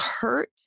hurt